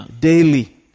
Daily